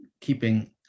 keeping